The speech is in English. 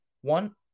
One